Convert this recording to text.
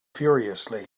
furiously